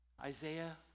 Isaiah